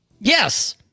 Yes